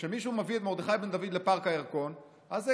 שכשמישהו מביא את מרדכי בן דוד לפארק הירקון אז זה